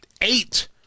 eight